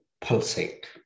pulsate